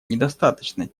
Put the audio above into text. недостаточно